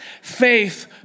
Faith